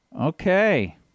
Okay